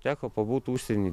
teko pabūt užsieny